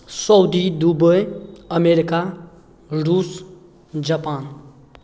Saudi Dubai America Russia Japan